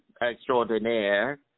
extraordinaire